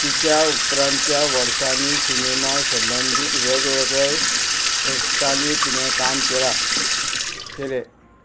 तिच्या उपरांतच्या वर्सांनी सिनेमा संबंदीत वेगवेगळे संस्थांनी तिणें काम केलां केलें